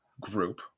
group